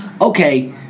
Okay